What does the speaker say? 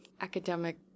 academic